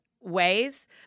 ways